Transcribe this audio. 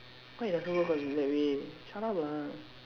why it doesn't work on me that way shut up lah